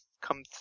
come